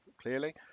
clearly